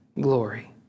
glory